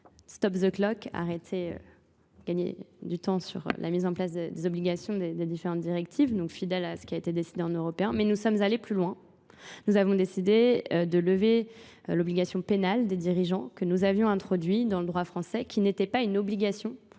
stop the clock, arrêter, gagner du temps sur la mise en place des obligations des différentes directives, fidèle à ce qui a été décidé en européen, mais nous sommes allés plus loin. Nous avons décidé de lever l'obligation pénale des dirigeants que nous avions introduit dans le droit français, qui n'était pas une obligation